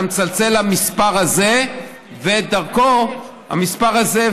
אתה מצלצל למספר הזה והמספר הזה,